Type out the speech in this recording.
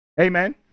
Amen